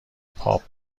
پاپ